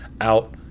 out